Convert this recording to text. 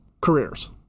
careers